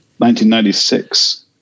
1996